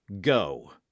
go